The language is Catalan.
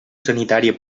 sanitària